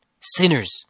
sinners